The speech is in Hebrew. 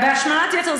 השמנת יתר.